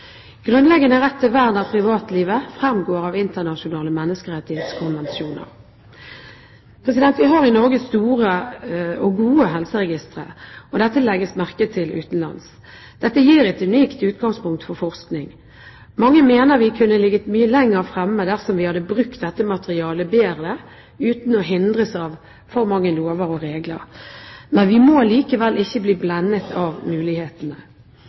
Grunnleggende rett til vern av privatlivet fremgår av internasjonale menneskerettighetskonvensjoner. Vi har i Norge store og gode helseregistre, og dette legges det merke til utenlands. Dette gir et unikt utgangspunkt for forskning. Mange mener vi kunne ligget mye lenger fremme dersom vi hadde brukt dette materialet bedre, uten å bli hindret av for mange lover og regler. Vi må likevel ikke bli blendet av mulighetene.